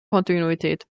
kontinuität